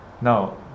Now